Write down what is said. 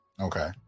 okay